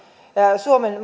suomen